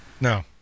No